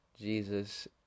Jesus